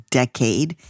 decade